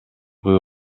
rue